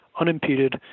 unimpeded